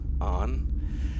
on